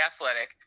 athletic